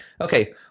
Okay